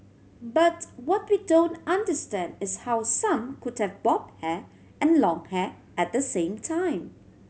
but what we don't understand is how some could have bob hair and long hair at the same time